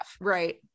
right